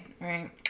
Right